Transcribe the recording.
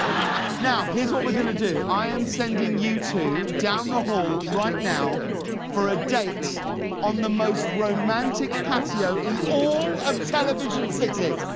now here's what we're going to do. i am sending you two down the hall right now for a date on the most romantic patio in all of television city!